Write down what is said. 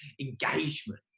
engagement